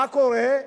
מה קורה?